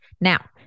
Now